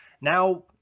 now